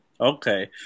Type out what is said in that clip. Okay